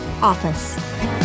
OFFICE